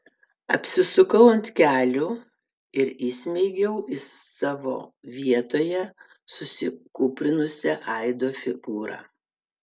apsisukau ant kelių ir įsmeigiau į savo vietoje susikūprinusią aido figūrą